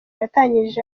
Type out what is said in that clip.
yatangije